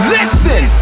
Listen